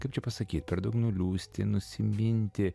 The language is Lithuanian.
kaip čia pasakyt per daug nuliūsti nusiminti